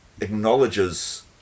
acknowledges